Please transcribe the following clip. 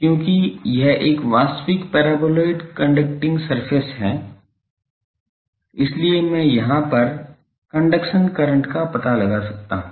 क्योंकि यह एक वास्तविक पैराबोलाइड कंडक्टिंग सरफेस है इसलिए मैं यहां पर कंडक्शन करंट का पता लगा सकता हूं